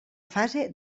fase